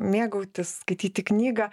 mėgautis skaityti knygą